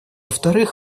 вторых